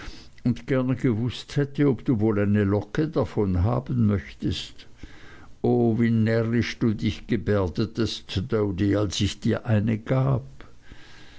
und gerne gewußt hätte ob du wohl eine locke davon haben möchtest o wie närrisch du dich gebärdetest doady als ich dir eine gab